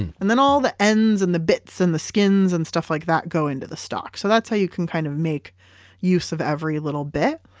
and and then all the ends and the bits and the skins and stuff like that go into the stock. so that's how you can kind of make use of every little bit.